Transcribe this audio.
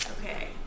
Okay